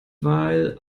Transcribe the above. weil